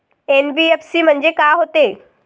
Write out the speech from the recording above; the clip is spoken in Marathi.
एन.बी.एफ.सी म्हणजे का होते?